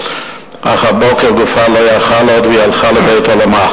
אך הבוקר גופה לא יכול היה עוד והיא הלכה לבית-עולמה.